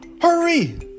Hurry